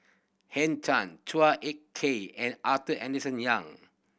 Henn Tan Chua Ek Kay and Arthur Henderson Young